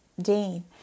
Dean